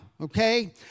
okay